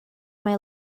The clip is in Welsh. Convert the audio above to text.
mae